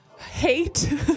Hate